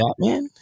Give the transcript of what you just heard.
Batman